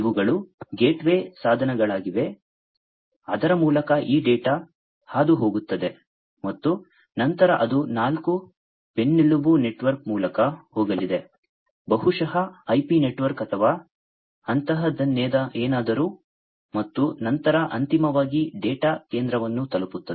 ಇವುಗಳು ಗೇಟ್ವೇ ಸಾಧನಗಳಾಗಿವೆ ಅದರ ಮೂಲಕ ಈ ಡೇಟಾ ಹಾದುಹೋಗುತ್ತದೆ ಮತ್ತು ನಂತರ ಅದು ನಾಲ್ಕು ಬೆನ್ನೆಲುಬು ನೆಟ್ವರ್ಕ್ ಮೂಲಕ ಹೋಗಲಿದೆ ಬಹುಶಃ ಐಪಿ ನೆಟ್ವರ್ಕ್ ಅಥವಾ ಅಂತಹದ್ದೇನಾದರೂ ಮತ್ತು ನಂತರ ಅಂತಿಮವಾಗಿ ಡೇಟಾ ಕೇಂದ್ರವನ್ನು ತಲುಪುತ್ತದೆ